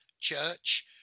church